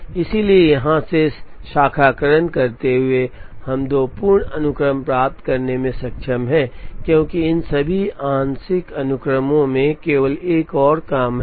इसलिए यहाँ से शाखाकरण करते हुए हम दो पूर्ण अनुक्रम प्राप्त करने में सक्षम हैं क्योंकि इन सभी आंशिक अनुक्रमों में केवल एक और काम है